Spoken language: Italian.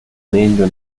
meglio